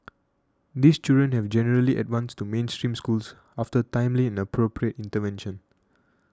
these children have generally advanced to mainstream schools after timely and appropriate intervention